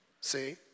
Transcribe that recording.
See